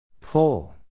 Pull